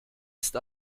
ist